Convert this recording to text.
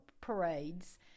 parades